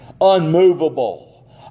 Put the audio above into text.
unmovable